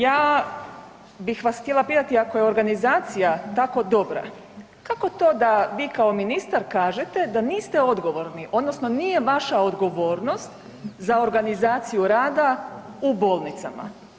Ja bih vas htjela pitati, ako je organizacija tako dobra, kako to da vi kao ministar kažete da niste odgovorni odnosno nije vaša odgovornost za organizaciju rada u bolnicama.